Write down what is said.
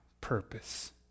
purpose